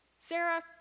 Sarah